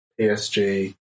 PSG